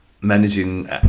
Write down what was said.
managing